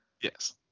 Yes